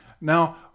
Now